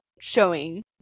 showing